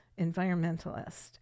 environmentalist